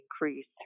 increase